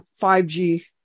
5G